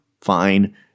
fine